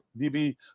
DB